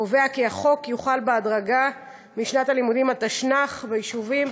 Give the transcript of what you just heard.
קובע כי החוק יוחל בהדרגה משנת הלימודים התשנ"ח ביישובים,